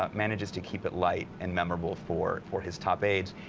ah manages to keep it light and memorable for for his top aides.